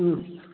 ꯎꯝ